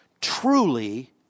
truly